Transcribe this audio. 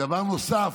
דבר נוסף,